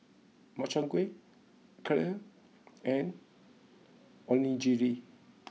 Makchang Gui Kheer and Onigiri